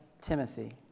timothy